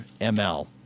ML